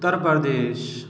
Uttar Pradesh